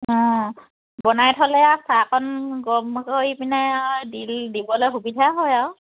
অঁ বনাই থ'লে আৰু চাহকণ গম কৰি পিনাই আৰু দিবলৈ সুবিধা হয় আৰু